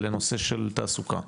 לנושא של תעסוקה,